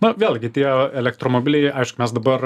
na vėlgi tie elektromobiliai aišku mes dabar